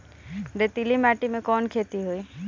रेतीली माटी में कवन खेती होई?